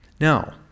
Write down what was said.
Now